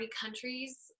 countries